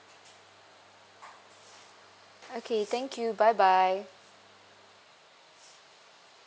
okay thank you bye bye